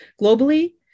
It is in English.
Globally